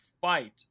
fight